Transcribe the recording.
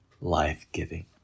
life-giving